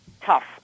tough